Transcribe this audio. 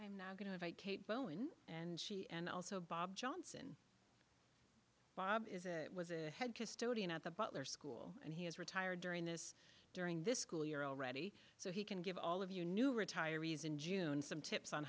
to now going to vacate bowen and she and also bob johnson bob is it was a head custodian at the butler school and he has retired during this during this school year already so he can give all of you new retirees in june some tips on